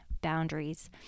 boundaries